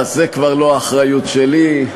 גטאס, זו כבר לא האחריות שלי.